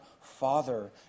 Father